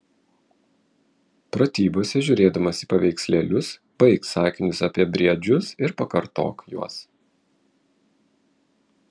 pratybose žiūrėdamas į paveikslėlius baik sakinius apie briedžius ir pakartok juos